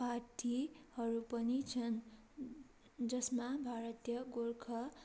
पार्टीहरू पनि छन् जसमा भारतीय गोर्खा